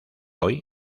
hoy